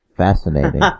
Fascinating